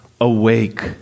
Awake